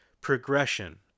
progression